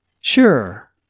Sure